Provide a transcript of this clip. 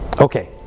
Okay